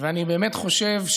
ואני באמת חושב,